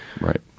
right